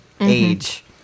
age